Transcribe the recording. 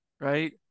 right